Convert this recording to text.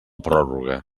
pròrroga